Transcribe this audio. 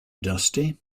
dusty